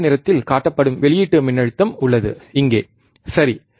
நீல நிறத்தில் காட்டப்படும் உள்ளீட்டு மின்னழுத்தம் உள்ளது இங்கே சரி